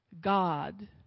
God